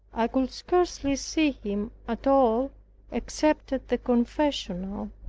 i could scarcely see him at all except at the confessional,